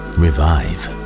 revive